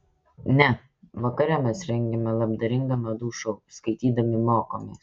ne vakare mes rengiame labdaringą madų šou skaitydami mokomės